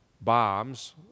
bombs